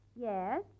Yes